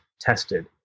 tested